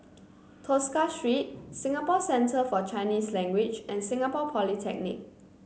Tosca Street Singapore Centre For Chinese Language and Singapore Polytechnic